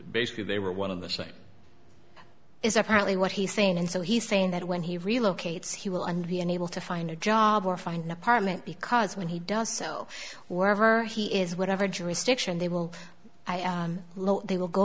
basically they were one of the same is apparently what he's saying and so he's saying that when he relocates he will and be unable to find a job or find an apartment because when he does so wherever he is whatever jurisdiction they will they will go